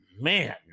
man